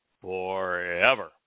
forever